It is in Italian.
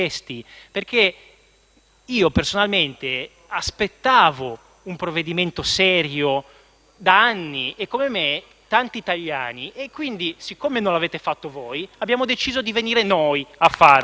Personalmente aspettavo un provvedimento serio da anni e, come me, tanti italiani; e, siccome non l'avete fatto voi, abbiamo deciso di venire noi a farlo.